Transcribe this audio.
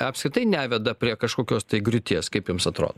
apskritai neveda prie kažkokios tai griūties kaip jums atrodo